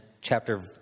chapter